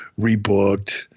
rebooked